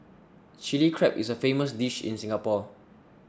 Chilli Crab is a famous dish in Singapore